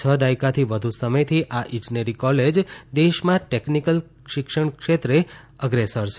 છ દાયકાથી વધુ સમયથી આ ઈજનેરી કોલેજ દેશમાં ટેકનીકલ શિક્ષણ ક્ષેત્રે અગ્રેસર છે